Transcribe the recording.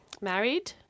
married